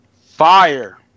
Fire